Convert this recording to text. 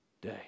day